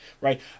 right